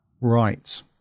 Right